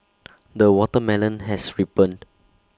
the watermelon has ripened